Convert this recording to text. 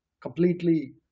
completely